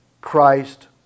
Christ